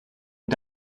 und